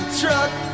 truck